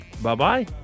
Bye-bye